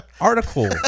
Article